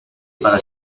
para